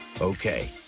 Okay